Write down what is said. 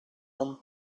non